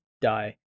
die